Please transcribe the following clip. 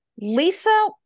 Lisa